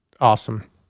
awesome